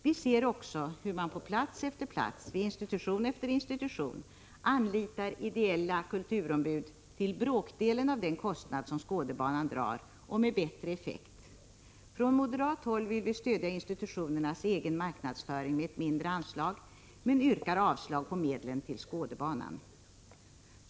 Vi ser också hur man på plats efter plats, vid institution efter institution anlitar ideella ”kulturombud” till bråkdelen av den kostnad som Skådebanan drar — och med bättre effekt. Från moderat håll vill vi stödja institutionernas egen marknadsföring med ett mindre anslag men yrkar avslag på medlen till Skådebanan.